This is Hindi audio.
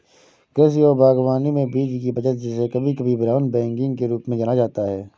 कृषि और बागवानी में बीज की बचत जिसे कभी कभी ब्राउन बैगिंग के रूप में जाना जाता है